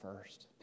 first